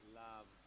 love